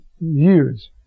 years